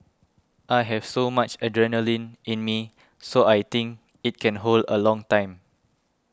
I have so much adrenaline in me so I think it can hold a long time